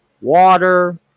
water